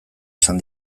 esan